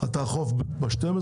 אתה חוף ב-12?